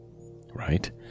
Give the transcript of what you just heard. Right